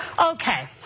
Okay